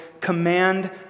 command